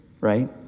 right